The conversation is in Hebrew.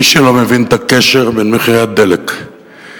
מי שלא מבין את הקשר בין מחירי הדלק למחירי